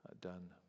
done